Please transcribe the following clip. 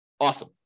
Awesome